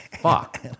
fuck